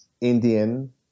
Indian